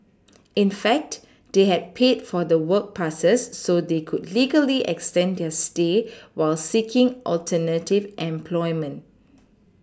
in fact they had paid for the work passes so they could legally extend their stay while seeking alternative employment